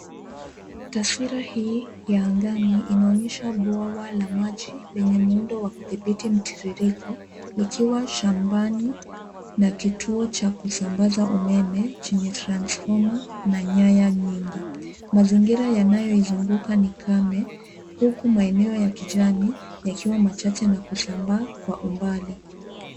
Taswira hii ya angani inaonyesha bwawa la maji lenye muundo wa kudhibiti mtiririrko, likiwa shambani na kituo cha kusambaza umeme chenye transformer na nyaya nyingi. Mazingira yanayoizunguka ni kame huku maeneo ya kijani yakiwa machache na kusambaa kwa umbali.